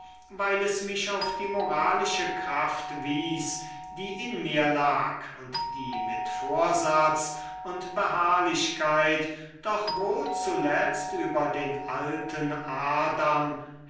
weil es mich auf die moralische kraft wies die in mir lag und die mit vorsatz und beharrlichkeit doch wohl zuletzt über den alten adam